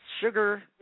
sugar